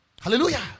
Hallelujah